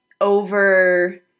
over